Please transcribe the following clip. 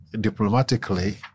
diplomatically